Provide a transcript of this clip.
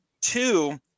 Two